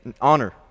honor